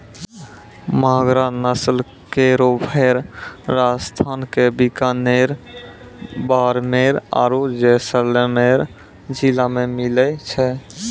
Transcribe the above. मगरा नस्ल केरो भेड़ राजस्थान क बीकानेर, बाड़मेर आरु जैसलमेर जिला मे मिलै छै